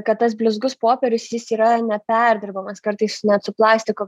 kad tas blizgus popierius jis yra neperdirbamas kartais net su plastiko